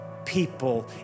People